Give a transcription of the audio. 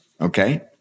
okay